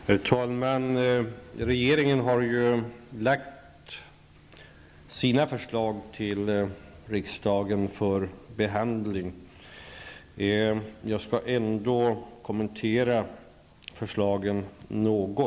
Herr talman! Regeringen har lagt fram sina förslag till riksdagen för behandling. Jag skall ändå kommentera förslagen något.